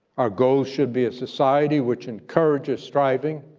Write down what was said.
our goal should be a society which encourages striving,